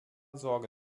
sorge